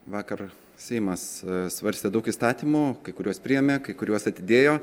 vakar seimas svarstė daug įstatymų kai kuriuos priėmė kai kuriuos atidėjo